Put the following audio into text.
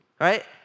right